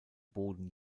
boden